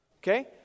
Okay